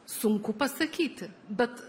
sunku pasakyti bet